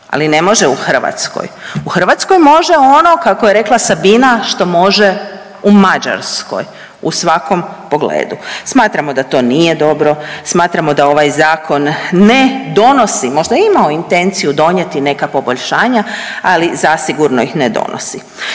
ali ne može u Hrvatskoj. U Hrvatskoj može ono kako je rekla Sabina što može u Mađarskoj u svakom pogledu. Smatramo da to nije dobro, smatramo da ovaj zakon donosi, možda je imao intenciju donijeti neka poboljšanja, ali zasigurno ih ne donosi.